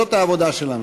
זאת העבודה שלנו.